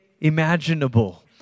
imaginable